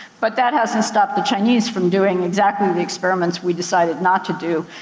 but that hasn't stopped the chinese from doing exactly the experiments we decided not to do,